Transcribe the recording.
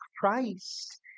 Christ